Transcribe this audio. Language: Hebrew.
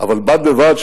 אבל בד בבד,